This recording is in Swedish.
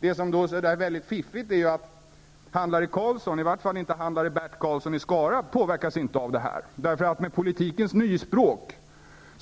Det som är så väldigt fiffigt är ju att handlare Karlsson -- i vart fall handlare Bert Karlsson i Skara inte påverkas av det här. Med politikens nyspråk